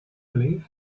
live